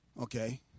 okay